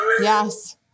Yes